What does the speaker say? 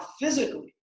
physically